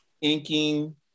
inking